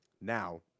now